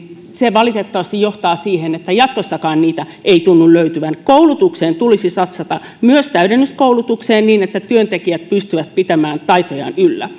valitettavasti johtaa siihen että heitä ei jatkossakaan tunnu löytyvän koulutukseen tulisi satsata myös täydennyskoulutukseen niin että työntekijät pystyvät pitämään taitojaan yllä